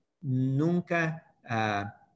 nunca